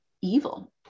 evil